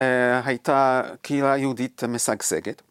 הייתה קהילה יהודית משגשגת.